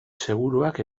seguruak